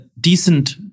decent